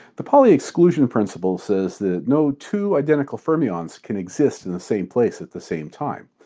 the pauli exclusion principle says that no two identical fermions can exist in the same place at the same time.